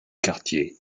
quartier